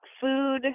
food